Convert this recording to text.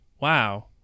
wow